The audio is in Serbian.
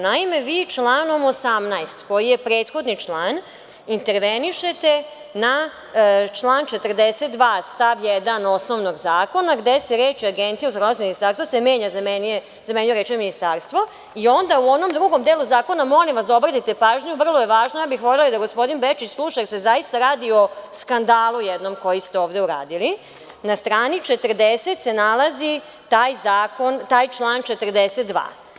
Naime, vi članom 18, koji je prethodni član, intervenišete na član 42. stav 1. osnovnog zakona gde se reči - Agencija za razvoj ministarstva se zamenjuje rečima - ministarstvo, i onda u onom drugom delu zakona, molim vas da obratite pažnju vrlo je važno, ja bih volele da gospodin Bečić sluša jer se zaista radi o skandalu jednom koji ste ovde uradili, na strani 40. se nalazi taj član 42.